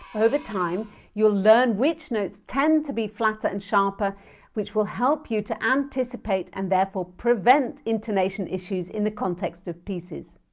over time you will learn which notes tend to be flatter and sharper which will help you to anticipate and therefore prevent intonation issues in the context of pieces